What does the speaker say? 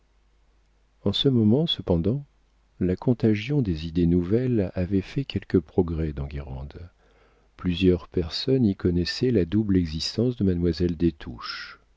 en ce moment cependant la contagion des idées nouvelles avait fait quelques progrès dans guérande plusieurs personnes y connaissaient la double existence de mademoiselle